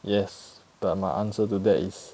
yes but my answer to that is